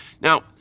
Now